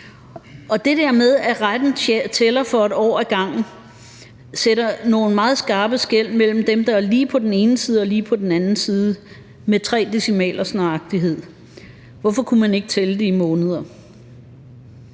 Og det der med, at retten tæller for 1 år ad gangen, sætter nogle meget skarpe skel mellem dem, der er lige på den ene side, og dem, der er lige på den anden side, med tre decimalers nøjagtighed. Hvorfor kunne man ikke tælle det i måneder?